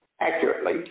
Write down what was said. accurately